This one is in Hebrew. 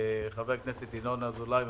וחבר הכנסת ינון אזולאי,